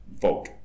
vote